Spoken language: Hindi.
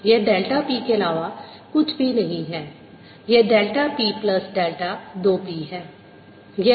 यह डेल्टा p के अलावा कुछ भी नहीं है यह delta p plus delta 2 p है